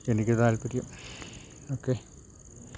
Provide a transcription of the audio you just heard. എനിക്ക് താൽപര്യം ഓക്കേ